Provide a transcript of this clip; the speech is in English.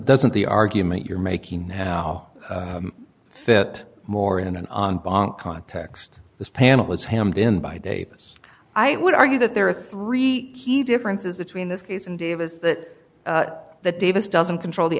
doesn't the argument you're making now fit more in an on bank context this panel was him been by davis i would argue that there are three key differences between this case and davis that the davis doesn't control the